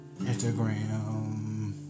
Instagram